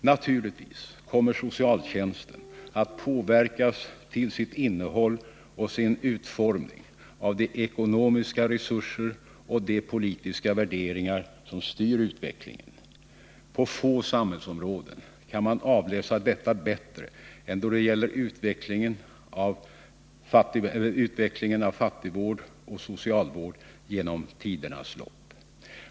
Naturligtvis kommer socialtjänsten att påverkas till sitt innehåll och sin utformning av de ekonomiska resurser och de politiska värderingar som styr utvecklingen. På få samhällsområden kan man avläsa detta bättre än då det gäller utvecklingen av fattigvård och socialvård genom tiderna.